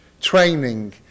training